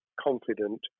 confident